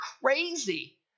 crazy